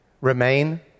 Remain